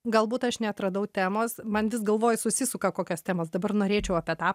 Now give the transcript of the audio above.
galbūt aš neatradau temos man vis galvoj susisuka kokias temas dabar norėčiau apie tą